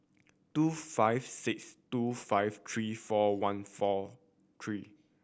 two five six two five three four one four three